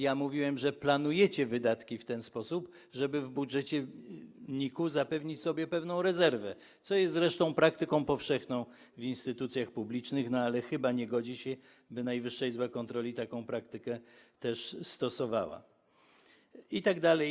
Ja mówiłem, że planujecie wydatki w ten sposób, żeby w budżecie NIK-u zapewnić sobie pewną rezerwę, co jest zresztą praktyką powszechną w instytucjach publicznych, no ale chyba nie godzi się, by Najwyższa Izba Kontroli taką praktykę też stosowała itd.